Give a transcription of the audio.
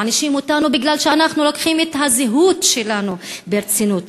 מענישים אותנו כי אנחנו לוקחים את הזהות שלנו ברצינות,